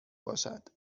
باشد